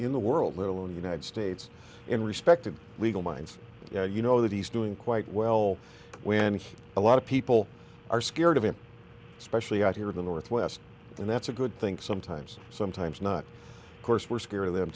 in the world little united states in respected legal minds you know that he's doing quite well when he's a lot of people are scared of him especially out here in the northwest and that's a good thing sometimes sometimes not course we're scared of them